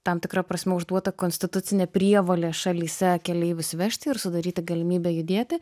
tam tikra prasme užduota konstitucinė prievolė šalyse keleivius vežti ir sudaryti galimybę judėti